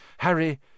Harry